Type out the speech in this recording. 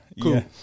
Cool